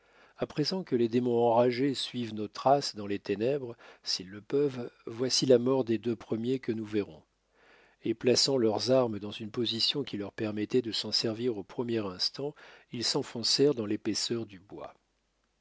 à présent que les démons enragés suivent nos traces dans les ténèbres s'ils le peuvent voici la mort des deux premiers que nous verrons et plaçant leurs armes dans une position qui leur permettait de s'en servir au premier instant ils s'enfoncèrent dans l'épaisseur du bois